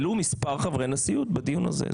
העלו מספר חברי נשיאות בדיון הזה.